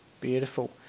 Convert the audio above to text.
Beautiful